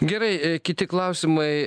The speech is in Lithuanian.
gerai kiti klausimai